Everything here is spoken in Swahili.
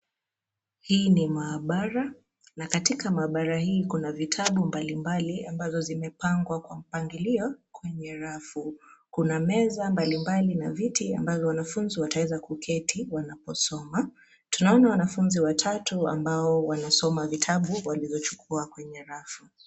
Hii ni maabara, na katika maabara hii kuna vitabu mbalimbali ambazo zimepangwa kwa mpangilio, kwenye rafu, kuna meza mbalimbali na viti ambavyo wanafunzi wataweza kuketi wanaposoma, tunaona wanafunzi watatu ambao wanasoma vitabu walivyochukua kwenye rafu.